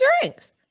drinks